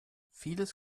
vieles